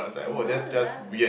mm no lah